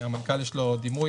למנכ"ל יש דימוי.